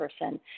person